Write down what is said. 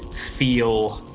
feel,